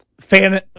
fan